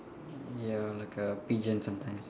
ya like a pigeon sometimes